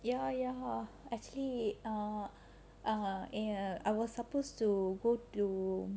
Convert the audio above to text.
ya ya hor actually err err err I was supposed to go to